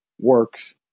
works